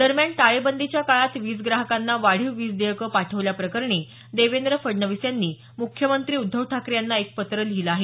दरम्यान टाळेबंदीच्या काळात वीज ग्राहकांना वाढीव वीज देयकं पाठवल्याप्रकरणी देवेंद्र फडणवीस यांनी मुख्यमंत्री उद्धव ठाकरे यांना एक पत्र लिहिलं आहे